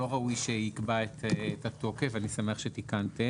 לא ראוי שיקבע את התוקף ואני שמח שתיקנתם,